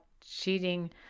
cheating